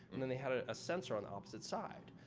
and then, they had a sensor on opposite side.